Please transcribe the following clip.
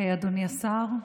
אדוני השר,